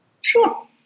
Sure